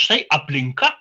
štai aplinka